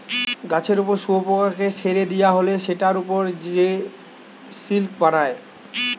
গাছের উপর শুয়োপোকাকে ছেড়ে দিয়া হলে সেটার উপর সে সিল্ক বানায়